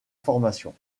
formation